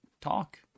talk